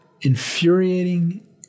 infuriating